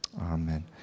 Amen